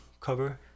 cover